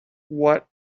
what